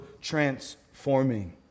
transforming